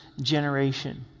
generation